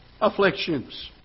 afflictions